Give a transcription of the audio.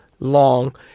Long